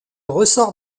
ressort